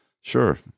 sure